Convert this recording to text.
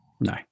No